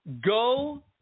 go